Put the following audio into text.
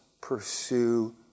pursue